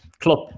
club